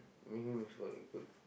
mee-hoon is quite good